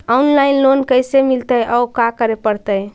Online loan कैसे मिलतै औ का करे पड़तै?